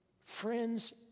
friends